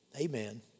Amen